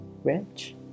Rich